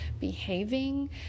behaving